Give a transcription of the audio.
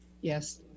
yes